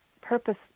purpose